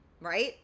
right